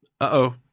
Uh-oh